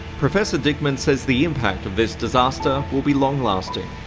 professor dickman says the impact of this disaster will be long-lasting.